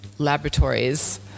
laboratories